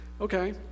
Okay